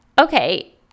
okay